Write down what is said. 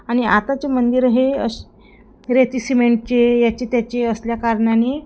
आणि आताचे मंदिरं हे अश रेती सिमेंटचे याची त्याचे असल्या कारणाने